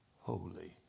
holy